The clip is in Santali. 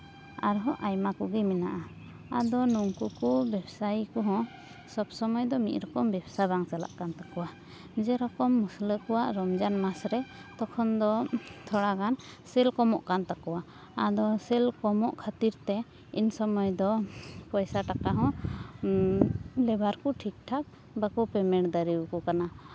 ᱟᱨᱦᱚᱸ ᱟᱭᱢᱟ ᱠᱚᱜᱮ ᱢᱮᱱᱟᱜᱼᱟ ᱟᱫᱚ ᱱᱩᱝᱠᱩ ᱠᱚ ᱵᱮᱵᱥᱟᱭᱤ ᱠᱚᱦᱚᱸ ᱥᱚᱵ ᱥᱚᱢᱚᱭ ᱫᱚ ᱢᱤᱫ ᱨᱚᱠᱚᱢ ᱵᱮᱵᱥᱟ ᱵᱟᱝ ᱪᱟᱞᱟᱜ ᱠᱟᱱ ᱛᱟᱠᱚᱣᱟ ᱡᱮᱨᱚᱠᱚᱢ ᱢᱩᱥᱞᱟᱹ ᱠᱚᱣᱟᱜ ᱨᱚᱢᱡᱟᱱ ᱢᱟᱥ ᱨᱮ ᱛᱚᱠᱷᱚᱱ ᱫᱚ ᱛᱷᱚᱲᱟ ᱜᱟᱱ ᱥᱮᱞ ᱠᱚᱢᱚᱜ ᱠᱟᱱ ᱛᱟᱠᱚᱣᱟ ᱟᱫᱚ ᱥᱮᱞ ᱠᱚᱢᱚᱜ ᱠᱷᱟᱹᱛᱤᱨ ᱛᱮ ᱤᱱ ᱥᱚᱢᱚᱭ ᱫᱚ ᱯᱚᱭᱥᱟ ᱴᱟᱠᱟ ᱦᱚᱸ ᱞᱮᱵᱟᱨ ᱠᱚ ᱴᱷᱤᱠᱼᱴᱷᱟᱠ ᱵᱟᱠᱚ ᱯᱮᱢᱮᱱᱴ ᱫᱟᱲᱮᱣᱟᱠᱚ ᱠᱟᱱᱟ